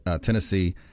Tennessee